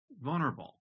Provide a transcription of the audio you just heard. vulnerable